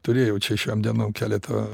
turėjau čia šiom dienom keletą